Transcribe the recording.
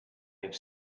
have